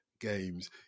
games